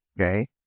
Okay